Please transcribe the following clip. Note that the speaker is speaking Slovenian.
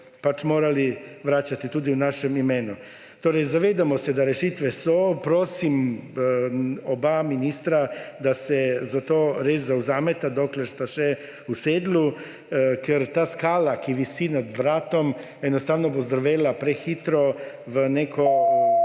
pač morali vračati tudi v našem imenu. Torej, zavedamo se, da rešitve so. Prosim oba ministra, da se za to res zavzameta, dokler sta še v sedlu, ker ta skala, ki visi nad vratom, enostavno bo zdrvela prehitro v nek